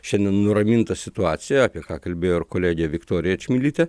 šiandien nuraminta situacija apie ką kalbėjo ir kolegė viktorija čmilytė